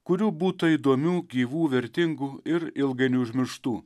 kurių būta įdomių gyvų vertingų ir ilgainiui užmirštų